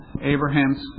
Abraham's